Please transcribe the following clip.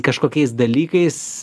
kažkokiais dalykais